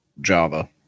java